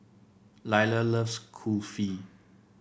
Lyla loves Kulfi